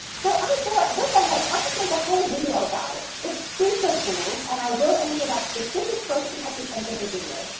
so i thought what the heck i'll just make a whole video about it. it's super cool and i will answer that specific question at the end of the video,